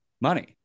Money